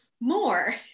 more